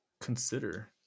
consider